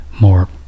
More